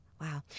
Wow